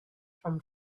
from